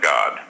God